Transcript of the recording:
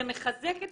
זה מחזק את